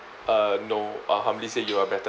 uh no uh hamli say you are better